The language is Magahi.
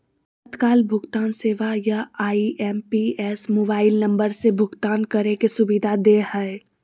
तत्काल भुगतान सेवा या आई.एम.पी.एस मोबाइल नम्बर से भुगतान करे के सुविधा दे हय